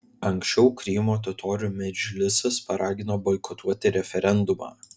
anksčiau krymo totorių medžlisas paragino boikotuoti referendumą